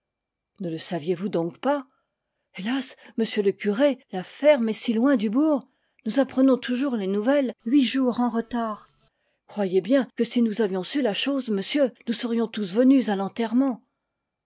ne le saviez-vous donc pas hélas monsieur le curé la ferme est si loin du bourg nous apprenons toujours les nouvelles huit jours en retard croyez bien que si nous avions su la chose monsieur nous serions tous venus à